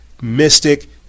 mystic